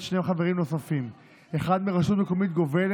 מה היה קורה ב-48' לו הדברים היו הפוכים,